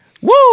Woo